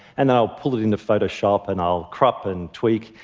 and i'll put it into photoshop and i'll crop and tweak.